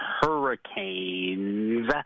Hurricanes